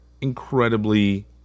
incredibly